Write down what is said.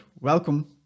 welcome